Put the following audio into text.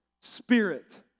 spirit